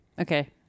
Okay